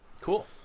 Cool